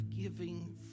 giving